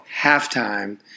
halftime